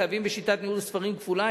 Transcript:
החייבים בשיטת ניהול ספרים כפולה,